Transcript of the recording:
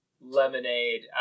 lemonade